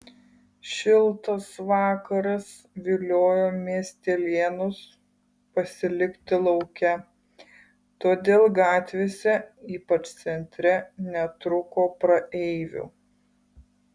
šiltas vakaras viliojo miestelėnus pasilikti lauke todėl gatvėse ypač centre netrūko praeivių